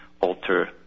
alter